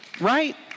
right